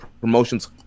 promotions